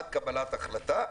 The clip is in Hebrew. עד קבלת החלטה.